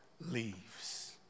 leaves